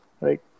Right